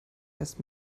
heißt